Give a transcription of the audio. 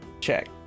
Check